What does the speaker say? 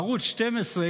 בערוץ 12,